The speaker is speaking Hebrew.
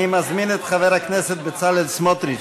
אני מזמין את חבר הכנסת בצלאל סמוטריץ,